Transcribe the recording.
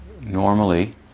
Normally